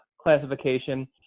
classification